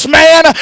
man